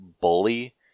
bully